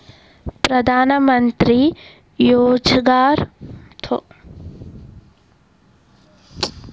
ಪ್ರಧಾನಮಂತ್ರಿ ರೋಜಗಾರ್ ಯೋಜನೆದಾಗ ಸಾಲ ತೊಗೋಬೇಕಂದ್ರ ಯಾವ ಅರ್ಜಿ ತುಂಬೇಕು?